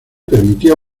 permitía